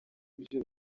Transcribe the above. ibyo